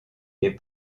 les